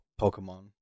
Pokemon